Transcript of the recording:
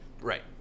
Right